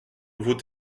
vos